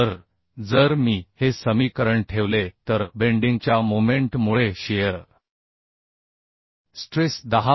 तर जर मी हे समीकरण ठेवले तरबेंडिंग च्या मोमेंट मुळे शिअर स्ट्रेस 10